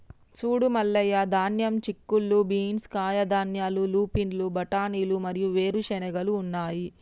సూడు మల్లయ్య ధాన్యం, చిక్కుళ్ళు బీన్స్, కాయధాన్యాలు, లూపిన్లు, బఠానీలు మరియు వేరు చెనిగెలు ఉన్నాయి